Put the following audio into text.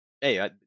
Hey